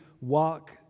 walk